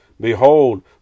behold